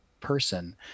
person